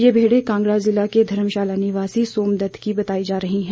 ये भेडे कांगड़ा ज़िला के धर्मशाला निवासी सोमदत्त की बताई जा रही है